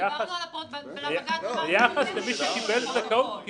כשדיברנו לבג"צ אמרתם שכן --- לפרוטוקול.